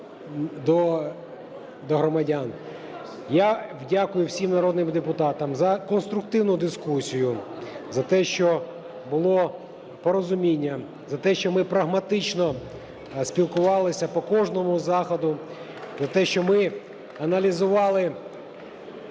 до громадян. Я дякую всім народним депутатам за конструктивну дискусію, за те, що було порозуміння, за те, що ми прагматично спілкувалися по кожному заходу і те, що ми аналізували